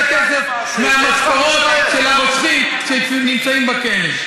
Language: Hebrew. הכסף מהמשכורות של הרוצחים שנמצאים בכלא.